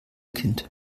kind